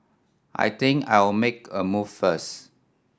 I think I'll make a move first